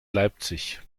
leipzig